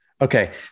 Okay